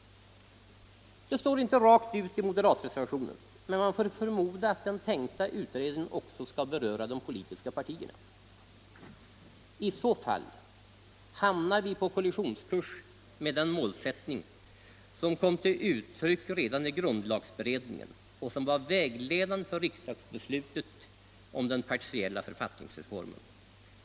Det står inte klart utsagt i moderatreservationen, men man får förmoda att den tänkta utredningen också skall beröra de politiska partierna. I så fall hamnar vi på kollisionskurs med den målsättning som kom till uttryck redan i grundlagberedningen och som var vägledande för riksdagsbeslutet om den partiella författningsreformen.